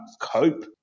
cope